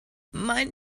mein